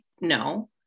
No